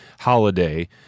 holiday